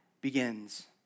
begins